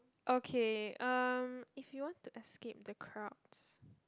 okay um if you want to escape the crowds